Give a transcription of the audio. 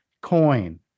coin